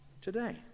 today